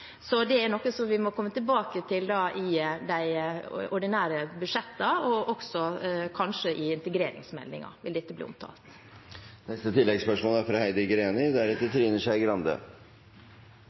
Så det er noe som vi må komme tilbake til i de ordinære budsjettene, og dette er noe som også kanskje vil bli omtalt i